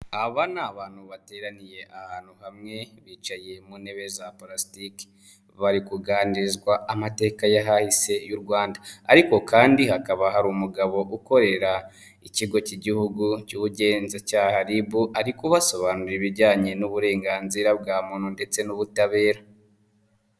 Aba ni abantu bateraniye ahantu hamwe bicaye mu ntebe za palasitiki bari kuganirizwa amateka y'a hahise y'u Rwanda ariko kandi hakaba hari umugabo ukorera ikigo k'igihugu cy'ubugenzacyaha RIB, ariko basobanura ibijyanye n'uburenganzira bwa muntu ndetse n'ubutabera.